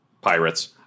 Pirates